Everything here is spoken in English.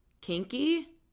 kinky